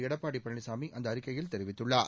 எடப்பாடி பழனிசாமி அந்த அறிக்கையில் தெரிவித்துள்ளார்